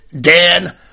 Dan